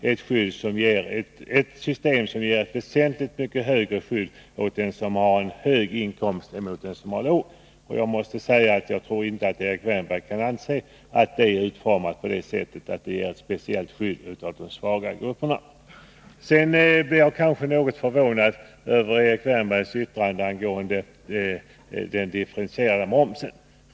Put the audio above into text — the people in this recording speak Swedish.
Det systemet ger ett väsentligt högre skydd åt den som har hög inkomst än åt den som har låg inkomst. Jag tror inte att Erik Wärnberg kan påstå att det är utformat så att det ger speciellt skydd åt de svaga grupperna. Jag blev något förvånad över Erik Wärnbergs yttrande angående den differentierade momsen.